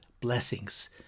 Blessings